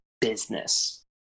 business